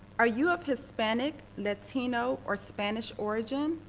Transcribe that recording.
are you of hispanic, latino or spanish origin?